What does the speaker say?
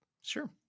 Sure